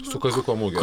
su kaziuko muge